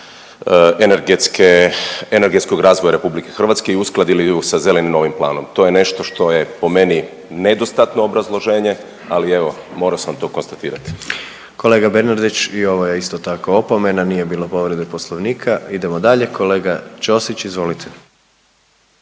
energetskog razvoja RH i uskladili ju sa Zelenim novim planom. To je nešto što je po meni nedostatno obrazloženje, ali evo morao sam to konstatirati. **Jandroković, Gordan (HDZ)** Kolega Bernardić i ovo je isto tako opomena, nije bilo povrede poslovnika. Idemo dalje, kolega Ćosić izvolite.